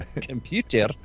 computer